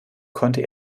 konnte